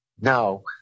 No